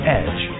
edge